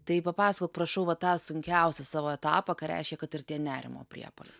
tai papasakok prašau va tą sunkiausią savo etapą ką reiškia kad ir tie nerimo priepuoliai